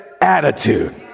attitude